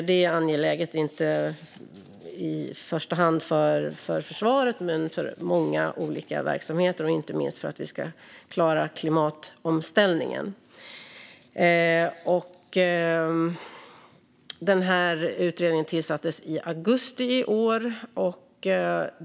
Detta är angeläget inte i första hand för försvaret utan för många olika verksamheter, inte minst för att vi ska klara klimatomställningen. Utredningen tillsattes i augusti i år.